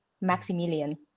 Maximilian